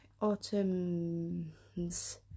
Autumn's